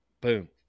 boom